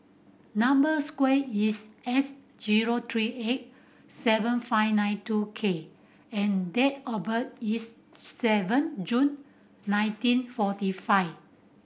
number square is S zero three eight seven five nine two K and date of birth is seven June nineteen forty five